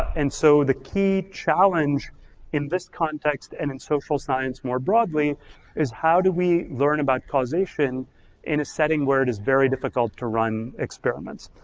and so the key challenge in this context and in social science more broadly is how do we learn about causation in a setting where it is very difficult to run experiments.